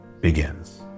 begins